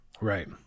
Right